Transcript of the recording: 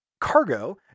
cargo